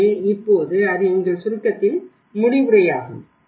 எனவே இப்போது அது எங்கள் சுருக்கத்தின் முடிவுரையாகும்